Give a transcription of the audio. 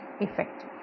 effect